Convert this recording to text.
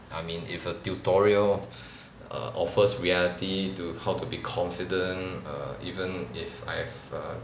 I mean if a tutorial err offers reality to how to be confident err even if I've a